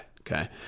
Okay